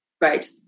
Right